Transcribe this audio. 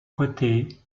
côté